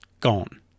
Gone